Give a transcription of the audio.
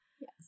yes